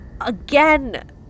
again